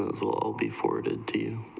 ah school before did to